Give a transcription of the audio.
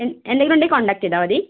എന്തെങ്കിലും ഉണ്ടെങ്കിൽ കോൺടാക്ട് ചെയ്താൽ മതി